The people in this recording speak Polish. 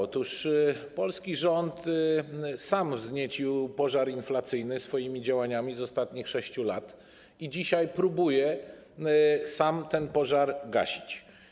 Otóż polski rząd sam wzniecił pożar inflacyjny swoimi działaniami z ostatnich 6 lat i dzisiaj próbuje sam ten pożar gasić.